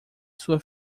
sua